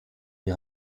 die